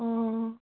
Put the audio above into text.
অঁ